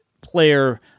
player